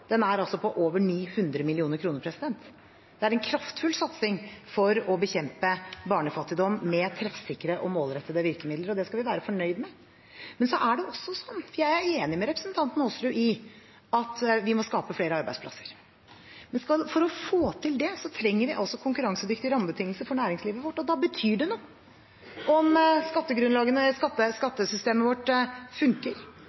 Den er på over 900 mill. kr. Det er en kraftfull satsing for å bekjempe barnefattigdom med treffsikre og målrettede virkemidler. Det skal vi være fornøyd med. Så er det også slik – for det er jeg enig med representanten Aasrud i – at vi må skape flere arbeidsplasser. Men for å få til det trenger vi konkurransedyktige rammebetingelser for næringslivet vårt. Da betyr det noe om